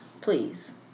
please